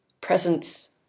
presence